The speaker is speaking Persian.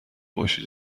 باشید